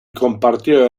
compartió